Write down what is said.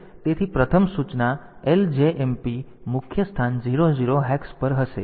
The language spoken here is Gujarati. તેથી પ્રથમ સૂચના LJMP મુખ્ય સ્થાન 0 0 હેક્સ પર હશે